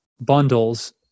bundles